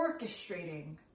orchestrating